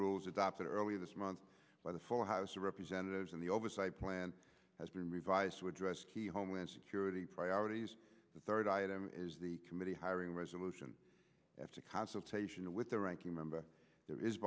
rules adopted earlier this month by the full house of representatives and the oversight plan has been revised to address key homeland security priorities the third item is the committee hiring resolution after consultation with the ranking member there is